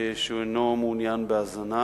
שאינו מעוניין בהזנה,